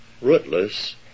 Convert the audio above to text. rootless